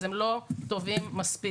אז הם לא טובים מספיק.